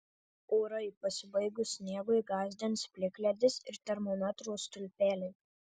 orai pasibaigus sniegui gąsdins plikledis ir termometro stulpeliai